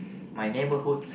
my neighbourhood's